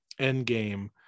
Endgame